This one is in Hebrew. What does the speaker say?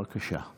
בבקשה.